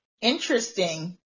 Interesting